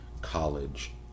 college